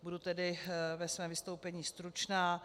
Budu tedy ve svém vystoupení stručná.